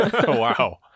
Wow